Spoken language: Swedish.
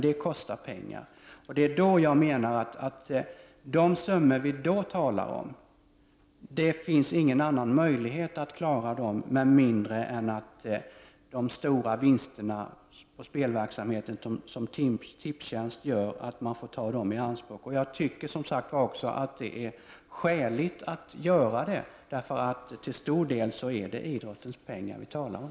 De summor som vi då talar om finns det ingen möjlighet att klara, med mindre än att de stora vinsterna på spelverksamhet som Tipstjänst gör får tas i anspråk. Jag tycker att det är skäligt att göra det, eftersom det till stor del är idrottens pengar vi talar om.